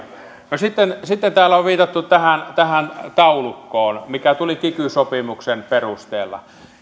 no sitten täällä on viitattu tähän tähän taulukkoon mikä tuli kiky sopimuksen perusteella